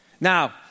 Now